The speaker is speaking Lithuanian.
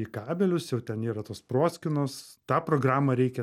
į kabelius jau ten yra tos proskynos tą programą reikia